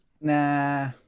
nah